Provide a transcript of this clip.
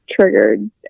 triggered